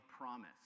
promise